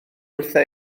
wrtha